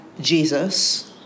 Jesus